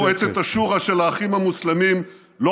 מספיק עם השקר הזה כבר.